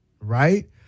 Right